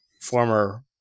former